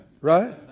Right